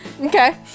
Okay